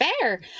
Fair